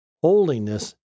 holiness